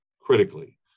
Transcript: critically